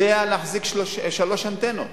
יודע להחזיק שלוש אנטנות.